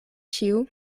ĉiu